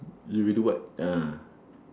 you will do what ah